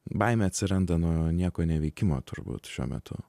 baimė atsiranda nuo nieko neveikimo turbūt šiuo metu